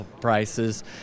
prices